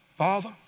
Father